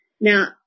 Now